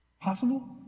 Possible